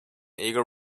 eagle